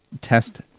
test